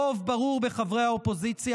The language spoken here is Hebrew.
רוב ברור בין חברי האופוזיציה.